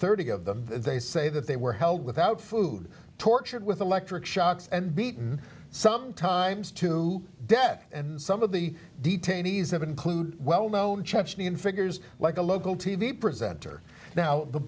dollars of them they say that they were held without food tortured with electric shocks and beaten sometimes to death and some of the detainees have include well known chechnyan figures like a local t v presenter now the